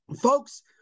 Folks